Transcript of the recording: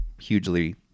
hugely